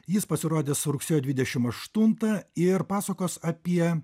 jis pasirodys rugsėjo dvidešim aštuntą ir pasakos apie